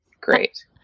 great